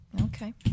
Okay